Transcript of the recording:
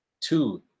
two